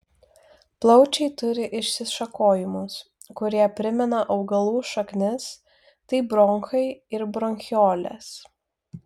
plaučiai turi išsišakojimus kurie primena augalų šaknis tai bronchai ir bronchiolės